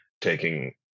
taking